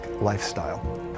lifestyle